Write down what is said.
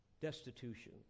destitution